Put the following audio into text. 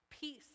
peace